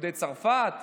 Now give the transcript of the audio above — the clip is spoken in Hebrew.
יהודי צרפת,